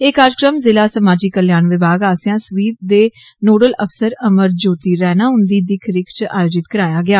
एह कारजक्रम जिला समाजी कल्याण विभाग आस्सेया स्वीप दे नोडल अफसर अमर ज्योति रैणा उन्दी दिक्ख रिक्ख च आयोजित कराया गेया